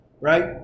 Right